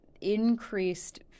increased